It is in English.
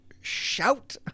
shout